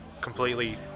completely